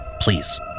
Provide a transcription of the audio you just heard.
please